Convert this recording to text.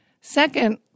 Second